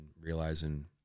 realizing